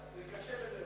זה קשה בדרך